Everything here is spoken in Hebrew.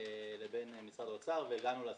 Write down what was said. לבין משרד האוצר והגענו להסכמות.